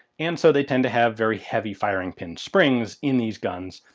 and so they tend to have very heavy firing pin springs in these guns,